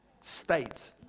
state